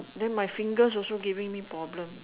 then my fingers also giving me problem